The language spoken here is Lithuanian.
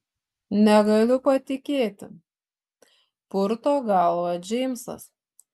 negaliu patikėti purto galvą džeimsas